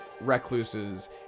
recluses